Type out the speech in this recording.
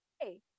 hey